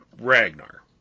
Ragnar